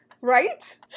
right